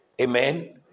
Amen